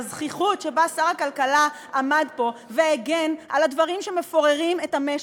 והזחיחות שבה שר הכלכלה עמד פה והגן על הדברים שמפוררים את המשק,